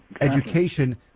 Education